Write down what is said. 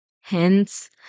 Hence